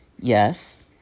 yes